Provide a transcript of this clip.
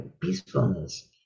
peacefulness